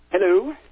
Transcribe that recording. Hello